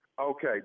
Okay